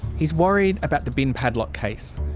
he's worried about the bin padlock case.